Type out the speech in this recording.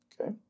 Okay